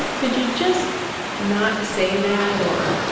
ah could you just not say that, or